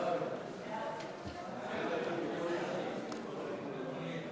חוק הפיקוח על שירותים פיננסיים (קופות גמל)